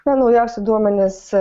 o naujausi duomenys